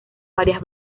varias